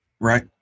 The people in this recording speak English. Right